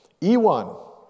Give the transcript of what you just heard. E1